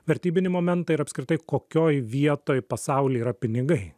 vertybinį momentą ir apskritai kokioj vietoj pasauly yra pinigai